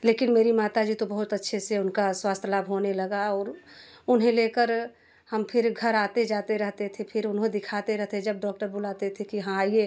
लेकिन मेरी माता जी तो बहुत अच्छे से उनका स्वास्थ लाभ होने लगा और उन्हें लेकर हम फिर घर आते जाते रहते थे फिर उन्हें दिखाते रहेते जब डॉक्टर बुलाते थे कि हाँ आइए